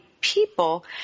people